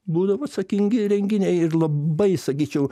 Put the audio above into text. būdavo atsakingi renginiai ir labai sakyčiau